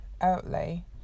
outlay